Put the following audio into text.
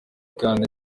kandi